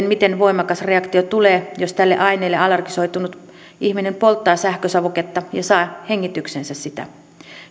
miten voimakas reaktio tulee jos tälle aineelle allergisoitunut ihminen polttaa sähkösavuketta ja saa hengitykseensä sitä